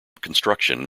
construction